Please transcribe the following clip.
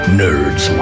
nerds